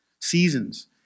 Seasons